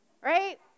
Right